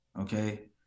okay